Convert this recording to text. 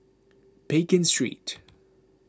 Pekin Street